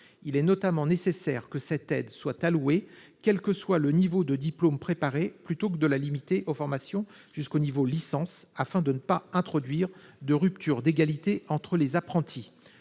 Il est notamment nécessaire que cette aide soit allouée quel que soit le niveau de diplôme préparé, plutôt que de la limiter aux formations jusqu'au niveau licence, afin de ne pas introduire de rupture d'égalité entre les apprentis.